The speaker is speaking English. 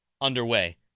underway